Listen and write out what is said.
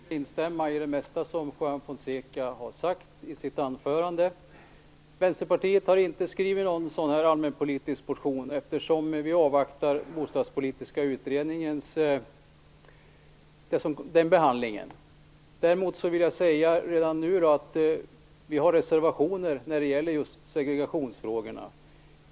Fru talman! Jag kan instämma i det mesta som Juan Fonseca har sagt i sitt anförande. Vänsterpartiet har inte skrivit någon sådan här allmänpolitisk motion eftersom vi avvaktar behandlingen av den bostadspolitiska utredningen. Däremot vill jag redan nu säga att vi har reservationer när det gäller segregationsfrågorna.